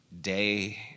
day